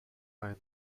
find